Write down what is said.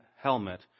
helmet